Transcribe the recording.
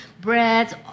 breads